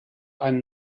einen